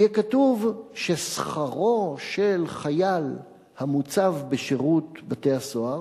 יהיה כתוב ששכרו של חייל המוצב בשירות בתי-הסוהר,